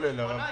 שקל.